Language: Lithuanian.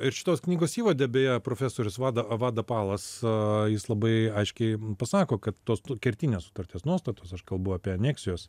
ir šitos knygos įvade beje profesorius vada vadapalas jis labai aiškiai pasako kad tos kertinės sutarties nuostatos aš kalbu apie aneksijos